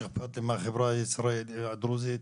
שאכפת לו מהחברה הדרוזית,